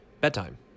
bedtime